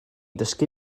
dysgu